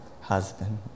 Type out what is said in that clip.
husband